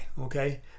okay